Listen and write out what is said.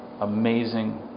Amazing